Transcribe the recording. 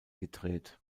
gedreht